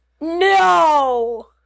No